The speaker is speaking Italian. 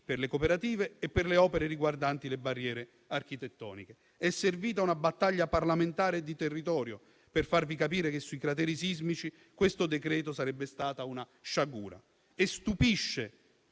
per le cooperative e per le opere riguardanti le barriere architettoniche. È servita una battaglia parlamentare di territorio per farvi capire che sui crateri sismici questo decreto sarebbe stata una sciagura e stupisce